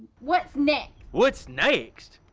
what's next? what's next?